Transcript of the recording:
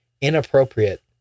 inappropriate